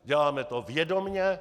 Děláme to vědomě.